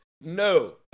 no